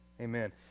Amen